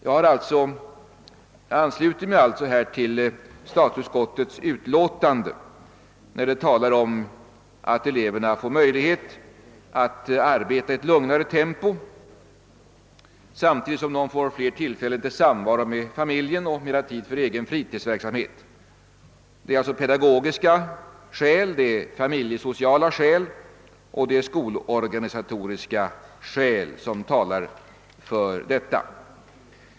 På denna punkt ansluter jag mig alltså till statsutskottets uttalande att eleverna får möjligheter att arbeta i ett lugnare tempo, samtidigt som de får fler tillfällen till samvaro med familjen och mera tid för fritidsverksamhet. Det är alltså pedagogiska, familjesociala och skolorganisatoriska skäl som talar för detta.